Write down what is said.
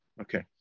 Okay